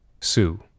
Sue